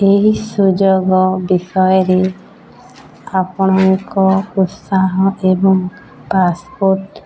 ଏହି ସୁଯୋଗ ବିଷୟରେ ଆପଣଙ୍କ ଉତ୍ସାହ ଏବଂ ପାସ୍ପୋର୍ଟ